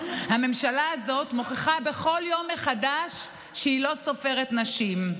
הממשלה הזאת מוכיחה בכל יום מחדש שהיא לא סופרת נשים.